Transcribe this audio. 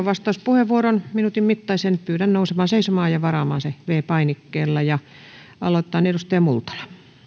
vastauspuheenvuoron minuutin mittaisen pyydän nousemaan seisomaan ja varaamaan sen viidennellä painikkeella aloitetaan edustaja multala